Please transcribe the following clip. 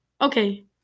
Okay